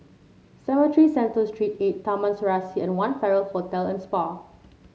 Cemetry Center Street eight Taman Serasi and One Farrer Hotel and Spa